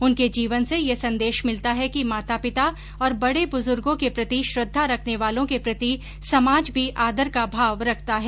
उनके जीवन से यह संदेश मिलता है कि माता पिता और बड़े बुज्गों के प्रति श्रद्धा रखने वालों के प्रति समाज भी आदर का भाव रखता है